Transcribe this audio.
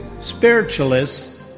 spiritualists